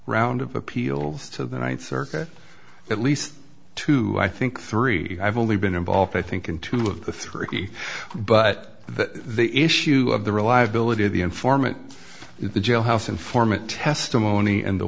round of appeals to the ninth circuit at least two i think three you have only been involved i think in two of the three but that the issue of the reliability of the informant the jailhouse informant testimony and the